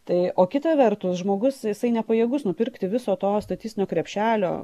tai o kita vertus žmogus jisai nepajėgus nupirkti viso to statistinio krepšelio